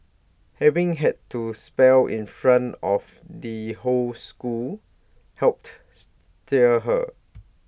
having had to spell in front of the whole school helped steel her